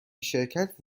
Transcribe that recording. شرکت